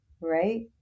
right